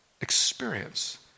experience